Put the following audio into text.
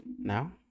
Now